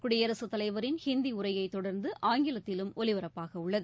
குடியரசுத் தலைவரின் ஹிந்தி உரையை தொடர்ந்து ஆங்கிலத்திலும் ஒலிபரப்பாகவுள்ளது